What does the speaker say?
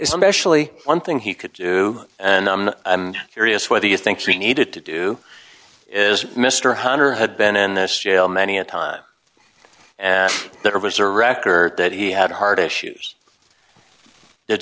especially one thing he could do and i'm curious whether you think he needed to do is mr hunter had been in this jail many a time and that of his or record that he had heart issues did